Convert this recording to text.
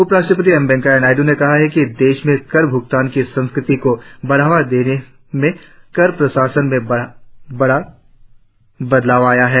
उपराष्ट्रपति एम वेंकैया नायडू ने कहा कि देश में कर भूगतान की संस्कृति को बढ़ावा देने में कर प्रशासन में बड़ा बदलाव आया है